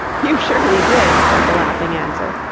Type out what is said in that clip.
you surely did, was the laughing answer.